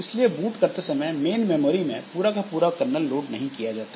इसलिए बूट करते समय मेन मेमोरी में पूरा का पूरा कर्नल लोड नहीं किया जाता